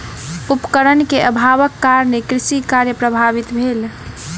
उपकरण के अभावक कारणेँ कृषि कार्य प्रभावित भेल